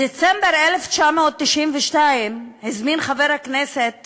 בדצמבר 1992 הזמין חבר הכנסת